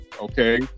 Okay